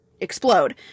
explode